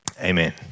Amen